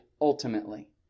ultimately